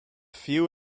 few